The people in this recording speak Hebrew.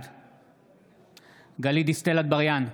בעד גלית דיסטל אטבריאן,